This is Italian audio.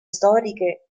storiche